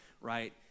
right